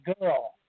girl